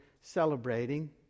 celebrating